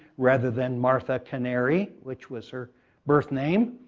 rather than martha canary, which was her birth name.